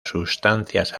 sustancias